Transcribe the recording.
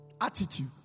Attitude